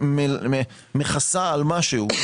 שמכסה על משהו.